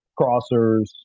crossers